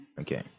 Okay